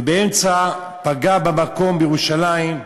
ובאמצע פגע במקום, בירושלים,